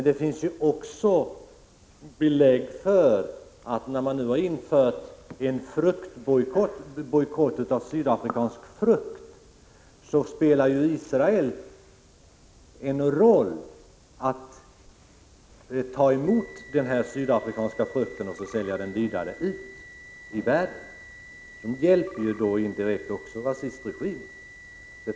Det finns belägg för att Israel, sedan bojkotten av sydafrikansk frukt har kommit till stånd, spelar rollen av mottagare av den sydafrikanska frukten, som man sedan säljer vidare ut i världen. Det hjälper indirekt rasistregimen.